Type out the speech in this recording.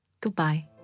Goodbye